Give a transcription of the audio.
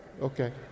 okay